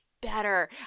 better